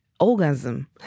Orgasm